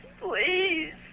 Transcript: please